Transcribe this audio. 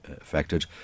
affected